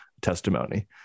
testimony